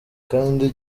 kandi